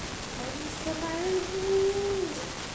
my